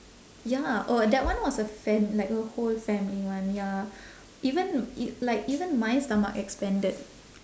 ya oh that one was a fam~ like a whole family one ya even i~ like even my stomach expanded